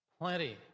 plenty